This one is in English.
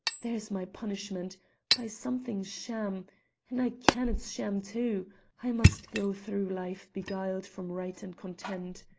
there's my punishment by something sham and i ken it's sham too i must go through life beguiled from right and content.